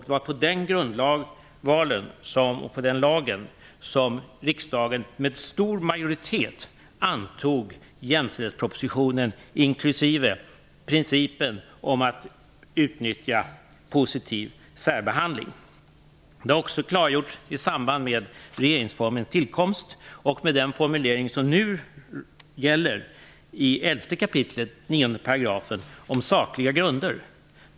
Det var på den grundvalen som riksdagen med stor majoritet antog jämställdhetspropositionen inklusive principen om att utnyttja positiv särbehandling. Det har också klargjorts i samband med regeringsformens tillkomst och den formulering som nu gäller i 11 kap. 9 § om sakliga grunder.